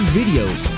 videos